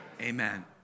Amen